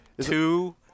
Two